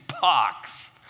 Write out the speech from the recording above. box